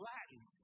Latin